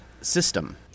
system